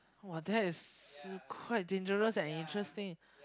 !wah! that is quite dangerous and interesting